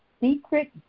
secret